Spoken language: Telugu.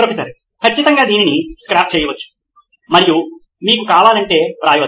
ప్రొఫెసర్ ఖచ్చితంగా మీరు దీన్ని స్క్రాప్ చేయవచ్చు మరియు మీకు కావాలంటే రాయవచ్చు